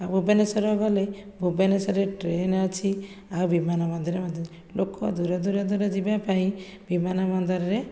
ଭୁବନେଶ୍ଵର ଗଲେ ଭୁବନେଶ୍ଵରରେ ଟ୍ରେନ ଅଛି ଆଉ ବିମାନ ବନ୍ଦର ମଧ୍ୟ ଲୋକ ଦୂର ଦୂର ଦୂର ଯିବା ପାଇଁ ବିମାନ ବନ୍ଦରରେ